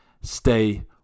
stay